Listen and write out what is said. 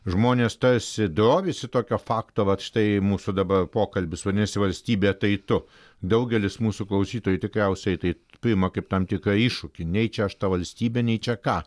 žmonės tarsi drovisi tokio fakto vat štai mūsų dabar pokalbis vadinasi valstybė tai tu daugelis mūsų klausytojų tikriausiai tai priima kaip tam tikrą iššūkį nei čia aš ta valstybė nei čia ką